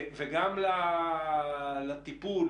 וגם לטיפול,